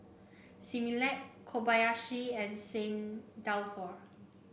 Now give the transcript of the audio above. Similac Kobayashi and St Dalfour